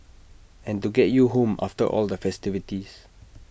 and to get you home after all the festivities